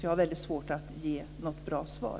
Jag har svårt att ge något bra svar.